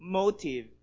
motive